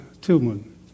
Tilman